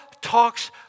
talks